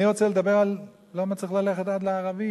אני רוצה לדבר על, למה צריך ללכת עד לערבים?